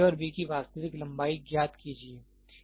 a और b की वास्तविक लंबाई ज्ञात कीजिए